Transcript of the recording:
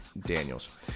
daniels